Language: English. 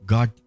God